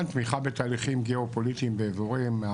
תמיכה בתהליכים גיאופוליטיים ואזוריים.